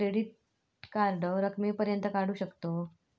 Credit card किती रकमेपर्यंत काढू शकतव?